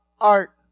art